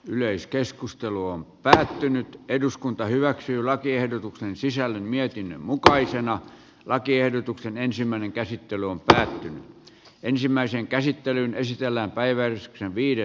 yleiskeskustelu on päättynyt eduskunta hyväksyy lakiehdotuksen sisällön mietinnön mukaisena lakiehdotuksen ensimmäinen käsittely on päätynyt ensimmäisen käsittelyn esitellä nyt rakennetaan